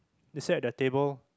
they sit at their table